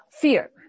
fear